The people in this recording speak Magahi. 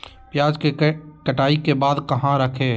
प्याज के कटाई के बाद कहा रखें?